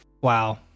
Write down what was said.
Wow